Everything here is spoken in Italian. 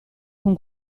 con